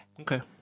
Okay